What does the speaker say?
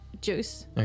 juice